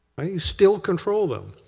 still control them,